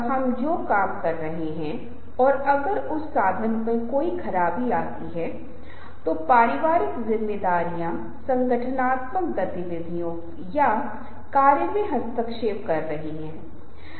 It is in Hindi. अब यदि आप इससे सबक लेना चाहते हैं जाहिर है अगर आप किसी विज्ञापन के बारे में बात कर रहे हैं या आप हमें प्रस्तुति के बारे में बता रहे हैं या आप दिन प्रतिदिन के जीवन में या व्यावसायिक लेनदेन में किसी से बात करने की बात कर रहे हैं तो मुझे लगता है कि सभी 3 प्रमुख घटक खेल में आएंगे और आपको इसके बारे में पता होना चाहिए